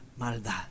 maldad